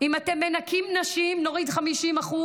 אם אתם מנכים נשים, נוריד 50%,